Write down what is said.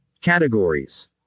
Categories